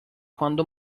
quando